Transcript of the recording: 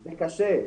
זה קשה,